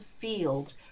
field